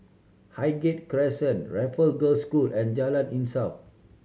Hqighgate Crescent Raffle Girls' School and Jalan Insaf